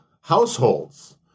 households